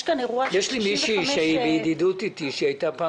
יש מישהי שהיא בידידות איתי והיתה פעם